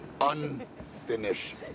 unfinished